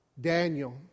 Daniel